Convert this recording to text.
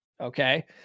Okay